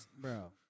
Bro